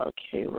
Okay